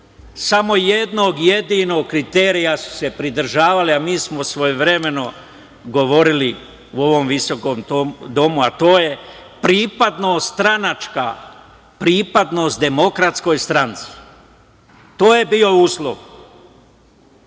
Samo jednog jedinog kriterija su se pridržavali, a mi smo svojevremeno govorili u ovom visokom domu, a to je pripadnost stranačka, pripadnost DS. To je bio uslov.